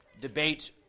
debate